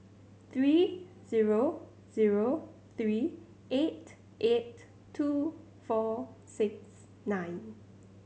three zero zero three eight eight two four six nine